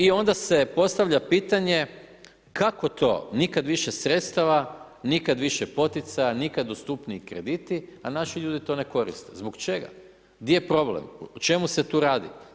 I onda se postavlja pitanje kako to, nikada više sredstava, nikada više poticaja, nikada dostupniji krediti, a naši ljudi to ne koriste, zbog čega, di je problem, o čemu se tu radi.